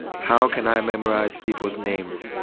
how can i memorize people's names?